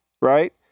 right